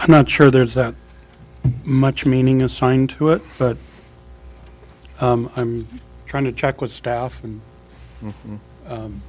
i'm not sure there's that much meaning assigned to it but i'm trying to check with staff and